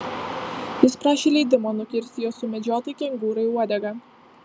jis prašė leidimo nukirsti jo sumedžiotai kengūrai uodegą